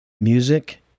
music